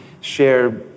share